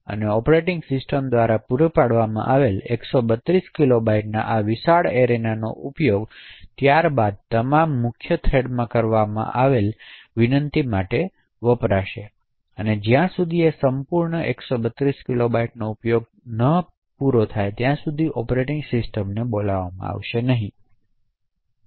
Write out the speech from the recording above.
તેથી operating system દ્વારા પૂરા પાડવામાં આવેલ 132 કિલોબાઇટ્સના આ વિશાળ એરેનાનો ઉપયોગ ત્યારબાદના તમામ મુખ્ય થ્રેડમાં કરવામાં આવશે ત્યાં સુધી કે જ્યાં સુધી સંપૂર્ણ 132 કિલોબાઇટનો સંપૂર્ણ ઉપયોગ કરવામાં નહીં આવે